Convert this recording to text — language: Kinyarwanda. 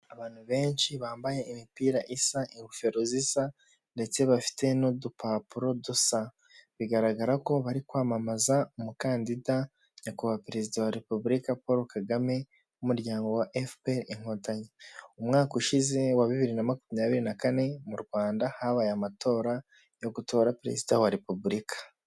Abantu benshi bambaye imipira isa, ingofero zisa ndetse bafite n'udupapuro dusa, bigaragara ko bari kwamamaza umukandida Nyakubahwa Perezida wa Repubulika Paul Kagame n'umuryango wa efuperi inkotanyi, umwaka ushize wa bibiri na makumyabiri na kane mu Rwanda, habaye amatora yo gutora perezida wa Repubulika.